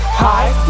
high